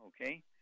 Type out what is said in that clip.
okay